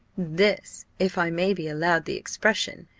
this, if i may be allowed the expression,